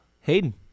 Hayden